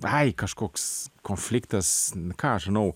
ai kažkoks konfliktas ką aš žinau